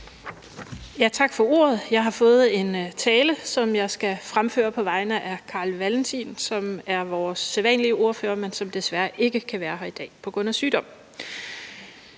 Tak for ordet. Jeg har fået en tale, som jeg skal fremføre på vegne af Carl Valentin, som er vores sædvanlige ordfører, men som desværre på grund af sygdom